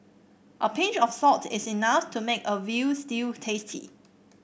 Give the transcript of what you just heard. a pinch of salt is enough to make a veal stew tasty